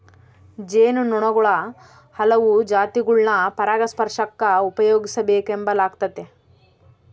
ಜೇನು ನೊಣುಗುಳ ಹಲವು ಜಾತಿಗುಳ್ನ ಪರಾಗಸ್ಪರ್ಷಕ್ಕ ಉಪಯೋಗಿಸೆಂಬಲಾಗ್ತತೆ